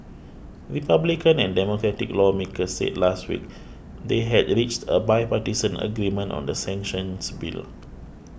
republican and Democratic lawmakers said last week they had reached a bipartisan agreement on the sanctions bill